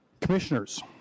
Commissioners